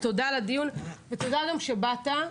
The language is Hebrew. תודה על הדיון, תודה למפכ"ל שבאת,